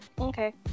okay